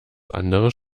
anderes